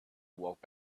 walked